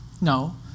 No